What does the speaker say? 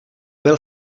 byl